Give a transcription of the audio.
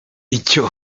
icyo